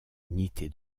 unité